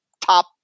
top